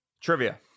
Trivia